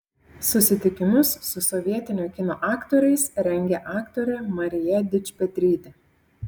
susitikimus su sovietinio kino aktoriais rengė aktorė marija dičpetrytė